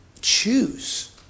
choose